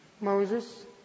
Moses